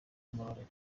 ngororero